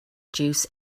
juice